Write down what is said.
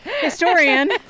historian